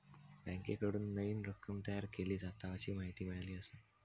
बँकेकडून नईन रक्कम तयार केली जाता, अशी माहिती मिळाली आसा